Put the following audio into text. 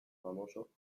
famoso